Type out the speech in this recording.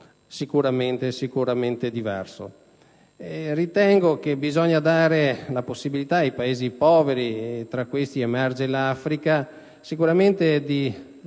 sicuramente diverso.